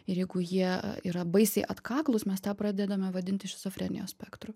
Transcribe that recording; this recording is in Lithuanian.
ir jeigu jie yra baisiai atkaklūs mes tą pradedame vadinti šizofrenijos spektru